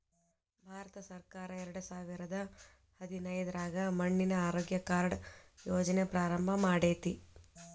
ಭಾರತಸರ್ಕಾರ ಎರಡಸಾವಿರದ ಹದಿನೈದ್ರಾಗ ಮಣ್ಣಿನ ಆರೋಗ್ಯ ಕಾರ್ಡ್ ಯೋಜನೆ ಪ್ರಾರಂಭ ಮಾಡೇತಿ